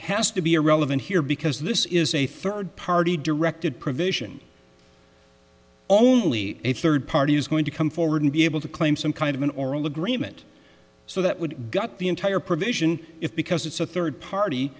has to be irrelevant here because this is a third party directed provision only a third party is going to come forward and be able to claim some kind of an oral agreement so that would gut the entire provision if because it's a third party